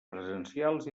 presencials